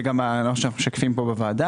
זה גם מה שאנו משקפים פה בוועדה.